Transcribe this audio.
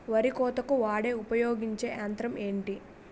వరి కోతకు వాడే ఉపయోగించే యంత్రాలు ఏంటి?